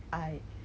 okay 那个